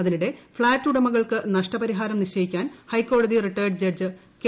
അതിനിടെ ഫ്ളാറ്റുടമകൾക്ക് നഷ്ടപരിഹാരം നിശ്ചയിക്കാൻ ഹൈക്കോടതി റിട്ടയേർഡ് ജഡ്ജ് കെ